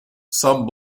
sub